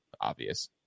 Obvious